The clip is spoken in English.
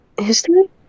history